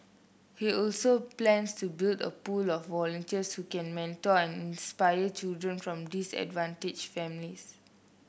he also plans to build a pool of volunteers who can mentor and inspire children from disadvantaged families